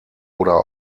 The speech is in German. oder